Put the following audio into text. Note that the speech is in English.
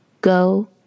go